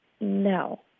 No